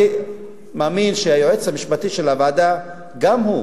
אני מאמין שהיועץ המשפטי של הוועדה, גם הוא